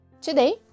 Today